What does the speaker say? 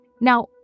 Now